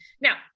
Now